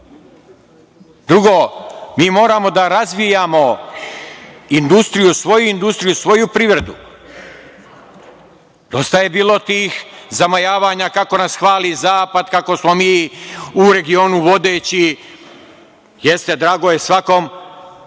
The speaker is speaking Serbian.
mi? Drugo, moramo da razvijamo industriju svoju i privredu. Dosta je bilo tih zamajavanja kako nas hvali zapad, kako smo u regionu vodeći. Jeste, drago je svakom